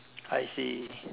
I see